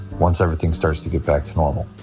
once everything starts to get back to normal.